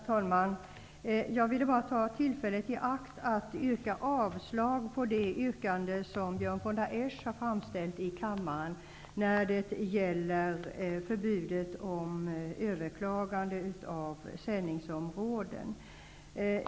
Herr talman! Jag vill bara ta tillfället i akt att yrka avslag på det yrkande som Björn von der Esch ställde i kammaren beträffande förbudet mot överklagande av beslut om sändningsområdenas omfattning.